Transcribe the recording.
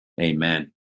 Amen